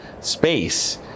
space